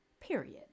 Period